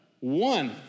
One